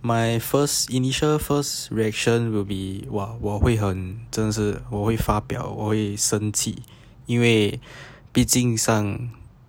my first initial first reaction will be while !wah! 我会很真的是我会发飙我会生气因为毕竟上